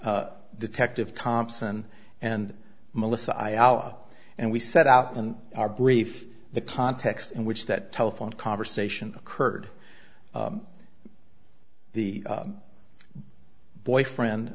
detective thompson and melissa iowa and we set out in our brief the context in which that telephone conversation occurred the boyfriend